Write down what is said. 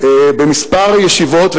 בכמה ישיבות,